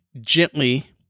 Gently